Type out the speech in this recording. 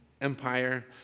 Empire